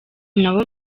nabo